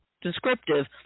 descriptive